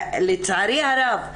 לצערי הרב,